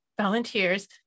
volunteers